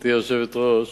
גברתי היושבת-ראש,